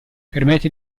permette